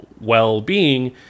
well-being